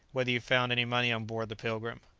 whether you found any money on board the pilgrim!